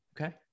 Okay